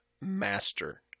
master